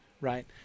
right